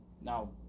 Now